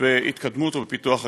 בהתקדמות ובפיתוח הגליל.